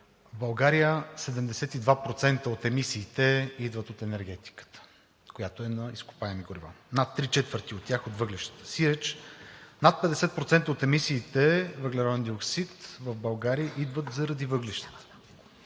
в България 72% от емисиите идват от енергетиката, която е на изкопаеми горива, над три четвърти от тях – от въглищата. Сиреч над 50% от емисиите въглероден диоксид в България идват заради въглищата.